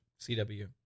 CW